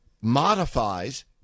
modifies